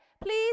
please